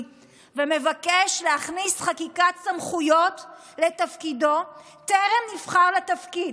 ומבקש להכניס חקיקת סמכויות לתפקידו טרם נבחר לתפקיד.